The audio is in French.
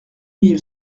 mille